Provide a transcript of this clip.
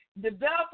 develop